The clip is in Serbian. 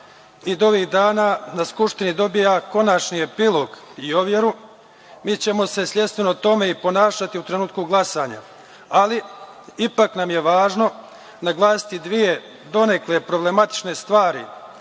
i da ovih dana na Skupštini dobija konačni epilog i overu, mi ćemo se sledstveno tome i ponašati u trenutku glasanja. Ali, ipak nam je važno naglasiti dve donekle problematične stvari,